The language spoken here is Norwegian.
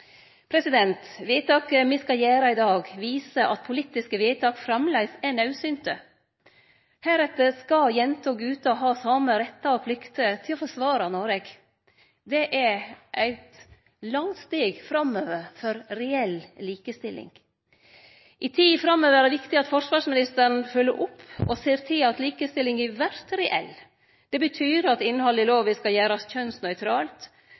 Vedtaket me skal gjere i dag, viser at politiske vedtak framleis er naudsynte. Heretter skal jenter og gutar ha same rettar og plikter til å forsvare Noreg. Det er eit langt steg framover for reell likestilling. I tida framover er det viktig at forsvarsministeren fylgjer opp og ser til at likestillinga vert reell. Det betyr at innhaldet i lova skal gjerast kjønnsnøytralt,